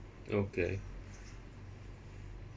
okay